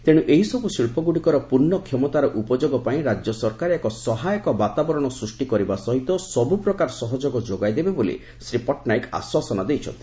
ତେଣୁ ଏହିସବୁ ଶିଳ୍ ଗୁଡ଼ିକର ପୂର୍ଣ୍ଣକ୍ଷମତାର ଉପଯୋଗ ପାଇଁ ରାଜ୍ୟ ସରକାର ଏକ ସହାୟକ ବାତାବରଣ ସୃଷ୍ଟି କରିବା ସହିତ ସବୁପ୍ରକାର ସହଯୋଗ ଯୋଗାଇଦେବେ ବୋଲି ଶ୍ରୀ ପଟ୍ଟନାୟକ ଆଶ୍ୱାସନା ଦେଇଛନ୍ତି